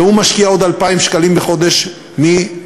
והוא משקיע עוד 2,000 שקלים בחודש מכיסו.